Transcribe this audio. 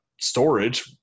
storage